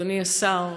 אדוני השר,